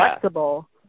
flexible